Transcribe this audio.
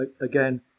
Again